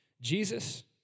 Jesus